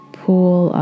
pool